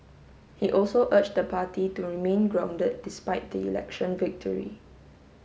he also urged the party to remain grounded despite the election victory